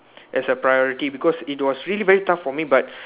as a priority because it was really very tough for me but